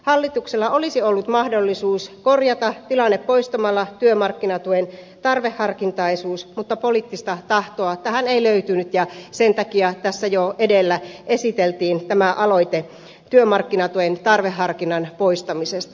hallituksella olisi ollut mahdollisuus korjata tilanne poistamalla työmarkkinatuen tarveharkintaisuus mutta poliittista tahtoa tähän ei löytynyt ja sen takia tässä jo edellä esiteltiin tämä aloite työmarkkinatuen tarveharkinnan poistamisesta